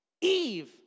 Eve